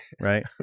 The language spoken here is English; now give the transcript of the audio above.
right